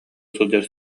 сылдьар